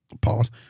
pause